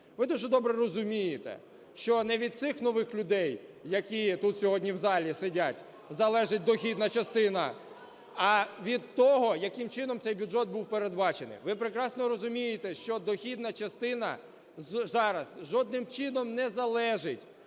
Ви дуже добре розумієте, що не від цих нових людей, які тут сьогодні в залі сидять, залежить дохідна частина, а від того, яким чином цей бюджет був передбачений. Ви прекрасно розумієте, що дохідна частина зараз жодним чином не залежить